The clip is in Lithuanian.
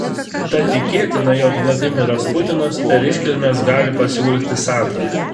tad tikėtina jog vladimiras putinas per iškilmes gali pasiūlyti sandorį